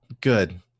Good